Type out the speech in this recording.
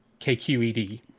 KQED